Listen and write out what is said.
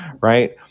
Right